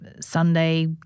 Sunday